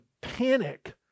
panic